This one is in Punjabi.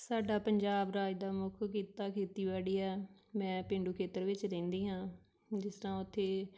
ਸਾਡਾ ਪੰਜਾਬ ਰਾਜ ਦਾ ਮੁੱਖ ਕਿੱਤਾ ਖੇਤੀਬਾੜੀ ਆ ਮੈਂ ਪੇਂਡੂ ਖੇਤਰ ਵਿੱਚ ਰਹਿੰਦੀ ਹਾਂ ਜਿਸ ਤਰ੍ਹਾਂ ਉੱਥੇ